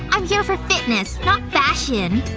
i'm here for fitness, not fashion